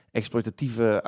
exploitatieve